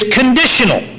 conditional